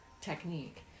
technique